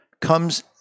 comes